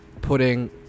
putting